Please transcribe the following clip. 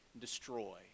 destroy